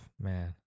Man